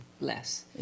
less